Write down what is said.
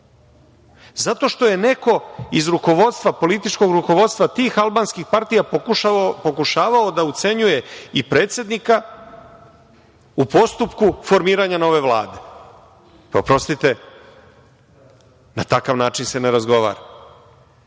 zato što je neko iz rukovodstva, političkog rukovodstva tih albanskih partija pokušavao da ucenjuje i predsednika u postupku formiranja nove Vlade. Oprostite, na takav način se ne razgovara.